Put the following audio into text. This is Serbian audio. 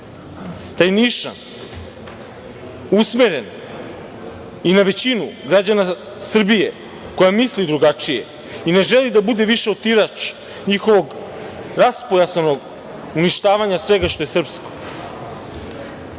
Taj nišan je usmeren i na većinu građana Srbije koja misli drugačije i ne želi da bude više otirač njihovog rasporskog uništavanja svega što je srpsko.Za